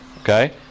Okay